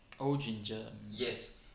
old ginger um